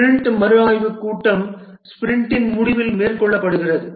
sprint மறுஆய்வுக் கூட்டம் ஸ்பிரிண்டின் முடிவில் மேற்கொள்ளப்படுகிறது